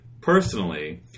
personally